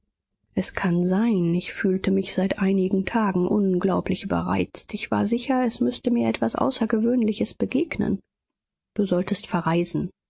es kann sein ich fühlte mich seit einigen tagen unglaublich überreizt ich war sicher es müßte mir etwas außergewöhnliches begegnen du solltest verreisen